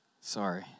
sorry